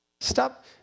Stop